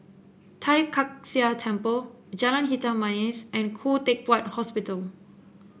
Tai Kak Seah Temple Jalan Hitam Manis and Khoo Teck Puat Hospital